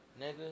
Nigga